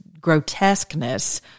grotesqueness